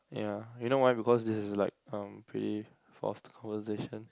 yeah you know why because this is like um pretty forced conversation